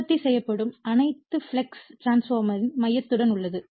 உற்பத்தி செய்யப்படும் அனைத்து ஃப்ளக்ஸ் டிரான்ஸ்பார்மர்யின் மையத்துடன் உள்ளது